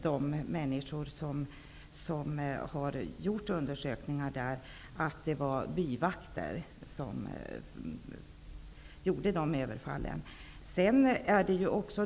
De människor som har gjort undersökningar anser att de överfall som jag beskrev i min fråga hade utförts av byvakter.